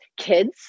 Kids